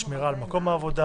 שמירה על מקום העבודה,